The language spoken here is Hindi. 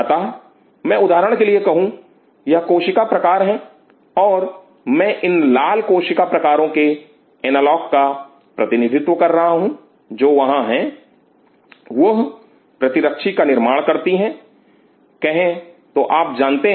अतः मैं उदाहरण के लिए कहूं यह कोशिका प्रकार और मैं इन लाल कोशिका प्रकारों के एनालॉग का प्रतिनिधित्व कर रहा हूं जो वहां है वह प्रतिरक्षी का निर्माण करती हैं कहे तो आप जानते हैं